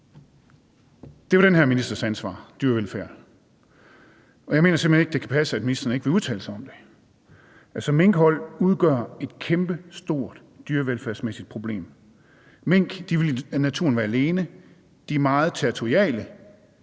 er den her ministers ansvar, og jeg mener simpelt hen ikke, at det kan passe, at ministeren ikke vil udtale sig om det. Minkhold udgør et kæmpestort dyrevelfærdsmæssigt problem. Mink i naturen vil være alene, de er meget territoriale;